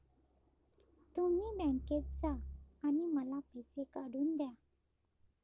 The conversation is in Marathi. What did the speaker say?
तुम्ही बँकेत जा आणि मला पैसे काढून दया